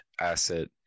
asset